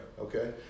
Okay